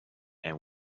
and